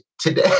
today